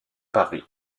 paris